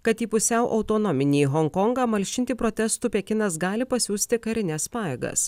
kad į pusiau autonominį honkongą malšinti protestų pekinas gali pasiųsti karines pajėgas